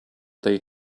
they